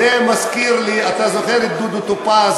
זה מזכיר לי, אתה זוכר את דודו טופז?